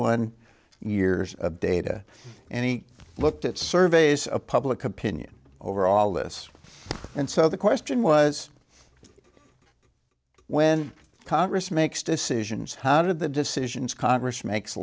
one years of data and he looked at surveys of public opinion over all this and so the question was when congress makes decisions how did the decisions congress makes